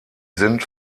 sind